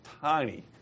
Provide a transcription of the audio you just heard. tiny